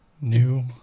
New